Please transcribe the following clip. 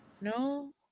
No